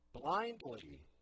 blindly